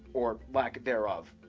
or, lack thereof.